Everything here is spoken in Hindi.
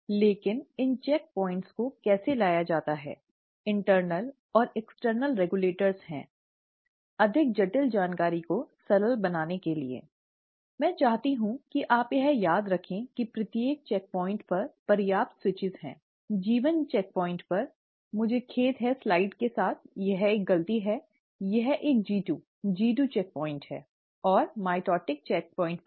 लेकिन इन चेक प्वाइंट को कैसे लाया जाता है आंतरिक और बाहरी रेगुलेटर हैं अधिक जटिल जानकारी को सरल बनाने के लिए मैं चाहती हूं कि आप यह याद रखें कि प्रत्येक चेकप्वाइंट पर पर्याप्त स्विच हैं जी 1 चेकप्वाइंट पर मुझे खेद है स्लाइड्स के साथ यह एक गलती है यह एक G2 G2 चेकपॉइंट है और माइटॉटिक चेकपॉइंट पर है